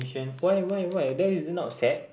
why why why that is not sad